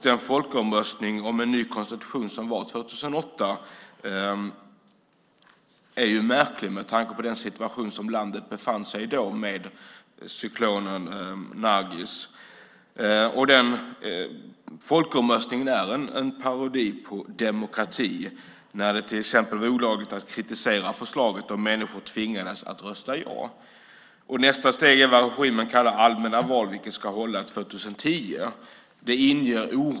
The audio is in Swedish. Den folkomröstning om en ny konstitution som hölls 2008 var också märklig med tanke på den situation som landet då befann sig i efter cyklonen Nagris. Denna folkomröstning var en parodi på demokrati där det till exempel var olagligt att kritisera förslaget och människor tvingades att rösta ja. Nästa steg är vad regimen kallar allmänna val, som ska hållas 2010.